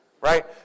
right